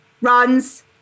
runs